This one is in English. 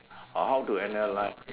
uh how to analyse